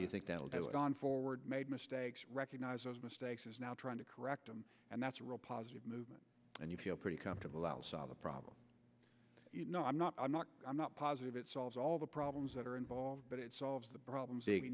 you think that will do it on forward made mistakes recognizes mistakes is now trying to correct them and that's a real positive movement and you feel pretty comfortable i'll solve the problem you know i'm not i'm not i'm not positive it solves all the problems that are involved but it solves the problem